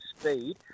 speed